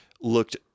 looked